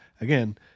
Again